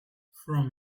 from